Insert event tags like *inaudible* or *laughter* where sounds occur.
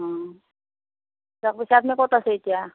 অ *unintelligible* ক'ত আছে এতিয়া